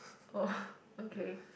oh okay